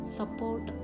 support